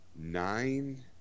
nine